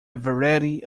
variety